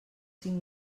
cinc